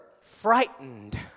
frightened